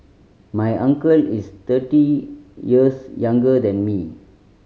my uncle is thirty years younger than me